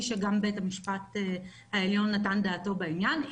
שגם בית המשפט העליון נתן דעתו בעניין.